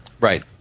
Right